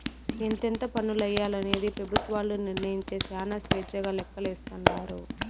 ఎంతెంత పన్నులెయ్యాలనేది పెబుత్వాలు నిర్మయించే శానా స్వేచ్చగా లెక్కలేస్తాండారు